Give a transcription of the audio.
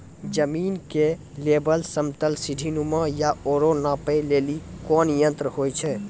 जमीन के लेवल समतल सीढी नुमा या औरो नापै लेली कोन यंत्र होय छै?